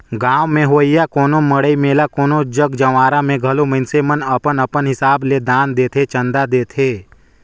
गाँव में होवइया कोनो मड़ई मेला कोनो जग जंवारा में घलो मइनसे मन अपन अपन हिसाब ले दान देथे, चंदा देथे